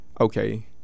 okay